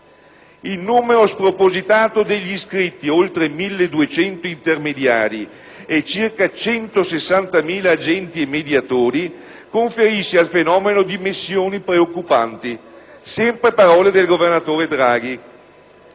Il numero spropositato degli iscritti, oltre 1.200 intermediari e circa 160.000 agenti e mediatori, conferisce al fenomeno dimensioni preoccupanti (sono sempre parole del governatore Draghi).